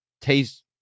taste